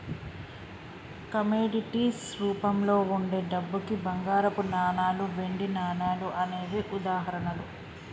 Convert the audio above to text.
commodities రూపంలో వుండే డబ్బుకి బంగారపు నాణాలు, వెండి నాణాలు అనేవే ఉదాహరణలు